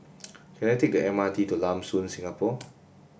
can I take the M R T to Lam Soon Singapore